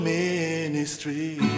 ministry